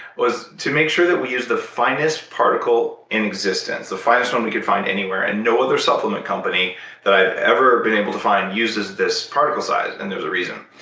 was to make sure that we use the finest particle in existence, the finest one we could find anywhere. and no other supplement company that i've ever been able to find uses this particle size, and there's a reason.